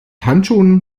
handschuhen